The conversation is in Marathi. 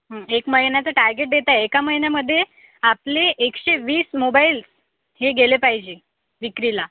एक महिन्याचे टार्गेट देत आहे एका महिन्यामध्ये आपले एकशे वीस मोबाईल हे गेले पाहिजे विक्रीला